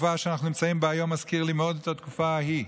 התקופה שאנחנו נמצאים בה היום מזכירה לי מאוד את התקופה ההיא,